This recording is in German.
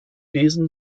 wesen